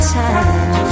time